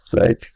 right